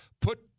put